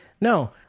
No